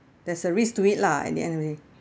there's a risk to it lah in the end anyway